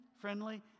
friendly